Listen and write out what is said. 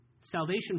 salvation